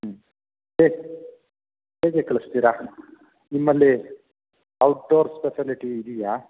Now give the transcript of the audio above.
ಹ್ಞೂ ಹೇಗೆ ಹೇಗೆ ಕಳಿಸ್ತೀರ ನಿಮ್ಮಲ್ಲಿ ಔಟ್ ಡೋರ್ ಸ್ಫೆಷಲಿಟಿ ಇದೆಯಾ